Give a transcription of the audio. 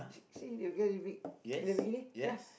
see see the girl in bi~ in the bikini ya